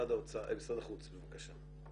משרד החוץ בבקשה.